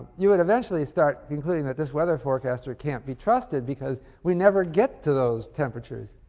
you would eventually start concluding that this weather forecaster can't be trusted because we never get to those temperatures.